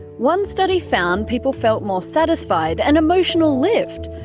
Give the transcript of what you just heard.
one study found people felt more satisfied, an emotional lift!